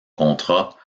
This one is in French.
contrat